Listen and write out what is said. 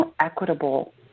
equitable